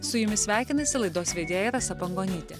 su jumis sveikinasi laidos vedėja rasa pangonytė